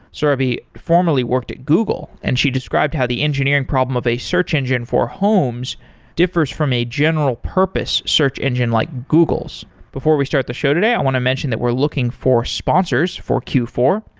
surabhi formerly worked at google and she described how the engineering problem of a search engine for homes differs from a general-purpose search engine like google's before we start the show today, i want to mention that we're looking for sponsors for q four.